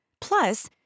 Plus